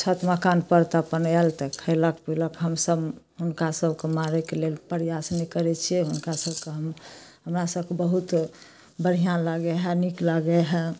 छत मकान पर तऽ अप्पन आयल तऽ खैलक पीलक हमसब हुनका सबके मारैक लेल प्रयास नहि करै छियै हुनका सबके हमरा सबके बहुत बढ़िऑं लागए नीक लागै हइ